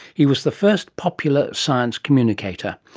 he was the first popular science communicator.